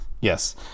yes